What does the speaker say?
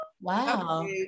Wow